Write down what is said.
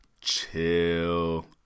chill